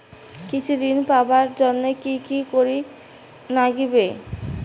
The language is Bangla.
কৃষি ঋণ পাবার জন্যে কি কি করির নাগিবে?